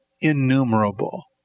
innumerable